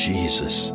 Jesus